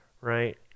right